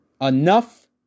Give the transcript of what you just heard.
Enough